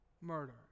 murder